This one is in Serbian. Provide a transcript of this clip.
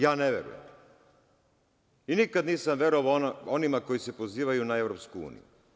Ja ne verujem i nikada nisam verovao onima koji se pozivaju na EU.